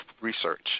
Research